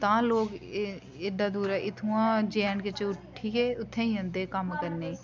तां लोक ऐड्डी दूरां इत्थुआं जे ऐंड के उट्ठियै उत्थें जंदे कम्म करने गी